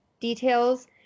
details